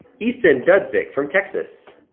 easton dudzik from texas,